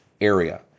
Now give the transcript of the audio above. area